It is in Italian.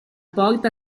porta